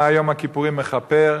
מה יום הכיפורים מכפר,